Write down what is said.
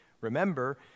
Remember